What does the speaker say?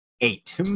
eight